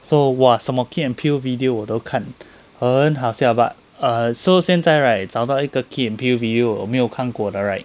so !wah! 什么 key and peele video 我都看很好笑 but err so 现在 right 找到一个 key and peele video 我有没有看过的 right